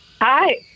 Hi